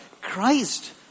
Christ